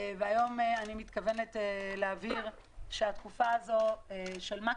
היום אני מתכוונת להבהיר שהתקופה של שנה